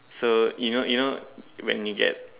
so you know you know when you get